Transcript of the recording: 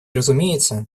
разумеется